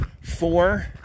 four